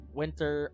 winter